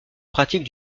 pratique